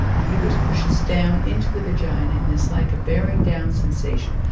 the uterus pushes down into the vagina and it's like a bearing down sensation.